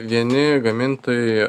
vieni gamintojai